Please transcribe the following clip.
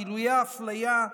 גילויי אפליה,